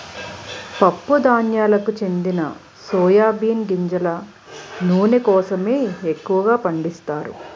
పప్పు ధాన్యాలకు చెందిన సోయా బీన్ గింజల నూనె కోసమే ఎక్కువగా పండిస్తారు